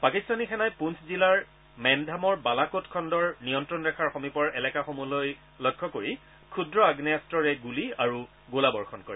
পাকিস্তানী সেনাই পুঞ্চ জিলাৰ মেনধামৰ বালাকোটে খণ্ডৰ নিয়ন্ত্ৰণ ৰেখাৰ সমীপৰ এলেকাসমূহক লক্ষ্য কৰি ক্ষুদ্ৰ আগ্নেয়াস্তৰে গুলী আৰু গোলাবৰ্ষণ কৰে